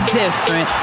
different